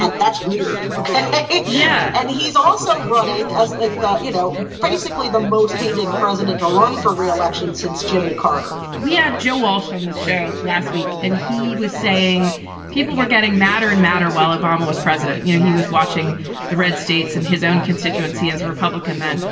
that's weird. yeah. and he's also running as like thought, you know, basically the most hated president ever run for re-election since jimmy carter we had joe walsh on this show last week and he was saying people were getting madder and madder while obama was president. you know, he was watching the red states in his own constituency as a republican then,